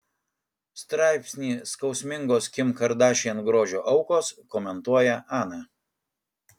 straipsnį skausmingos kim kardashian grožio aukos komentuoja ana